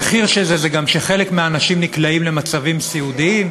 המחיר של זה הוא גם שחלק מהאנשים נקלעים למצבים סיעודיים,